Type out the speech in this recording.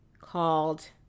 called